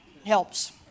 helps